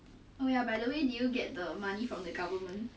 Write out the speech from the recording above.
oh my god